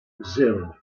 zero